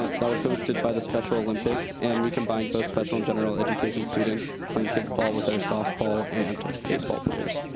um that was hosted by the special olympics. and we combined both special and general education students playing kickball with our softball and baseball players.